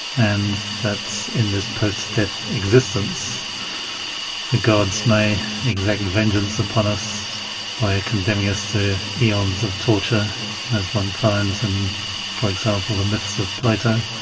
and that in this post death existence the gods may exact vengeance upon us by condemning us to aeons of torture as one finds, and for example, the myths of plato,